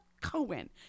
Cohen